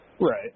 Right